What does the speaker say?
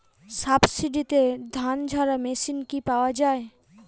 সাবসিডিতে ধানঝাড়া মেশিন কি পাওয়া য়ায়?